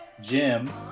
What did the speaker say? Jim